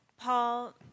Paul